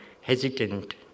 hesitant